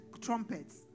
trumpets